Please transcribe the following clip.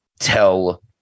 Tell